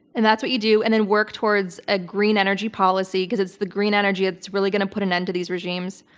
and that's what you do and then work towards a green energy policy because it's the green energy it's really gonna put an end to these regimes.